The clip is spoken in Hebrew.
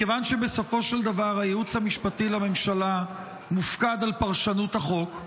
מכיוון שבסופו של דבר הייעוץ המשפטי לממשלה מופקד על פרשנות החוק,